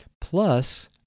Plus